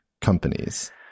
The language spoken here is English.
companies